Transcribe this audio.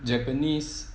japanese